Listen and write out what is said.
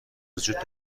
وجود